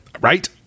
right